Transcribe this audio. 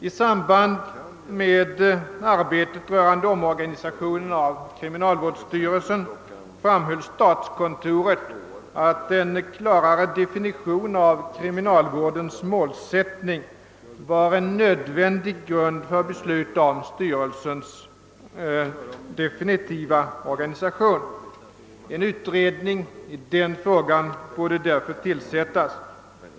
I samband med arbetet rörande omorganisationen av kriminalvårdsstyrelsen framhöll statskontoret att en klarare definition av kriminalvårdens målsättning var en nödvändig grund för beslut om styrelsens definitiva organisation. En utredning i den frågan borde därför tillsättas.